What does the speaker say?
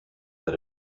that